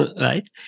right